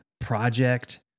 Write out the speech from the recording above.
project